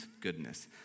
goodness